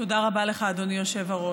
תודה רבה לך, אדוני היושב-ראש.